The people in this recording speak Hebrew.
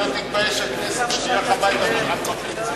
שלא תתבייש הכנסת שתלך הביתה ב-13:00.